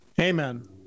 Amen